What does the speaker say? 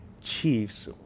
Chiefs